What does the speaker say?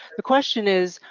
the question is,